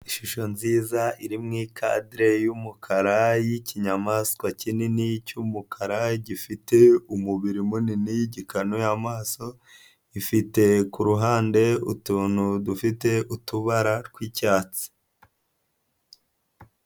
Ishusho nziza iri mu ikadere y'umukara y'ikinyamaswa kinini cy'umukara, gifite umubiri munini, gikanuyo amaso ifite kuhande utuntu dufite utubara tw'icyatsi.